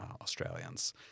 australians